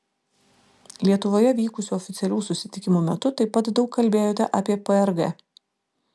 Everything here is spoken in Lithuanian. lietuvoje vykusių oficialių susitikimų metu taip pat daug kalbėjote apie prg